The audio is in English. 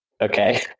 Okay